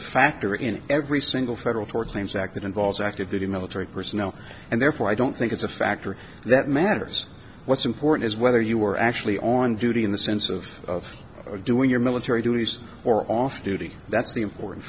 a factor in every single federal tort claims act that involves active duty military personnel and therefore i don't think it's a factor that matters what's important is whether you are actually on duty in the sense of doing your military duties or off duty that's the important